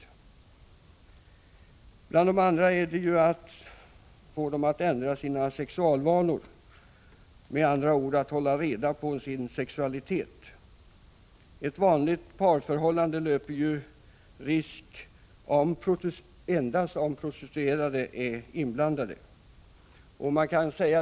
I fråga om de andra grupperna gäller det att få dem att ändra sina sexualvanor, med andra ord att få dem att hålla reda på sin sexualitet. Ett vanligt parförhållande löper ju risk endast om prostituerade är inblandade.